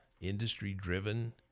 industry-driven